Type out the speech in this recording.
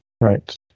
right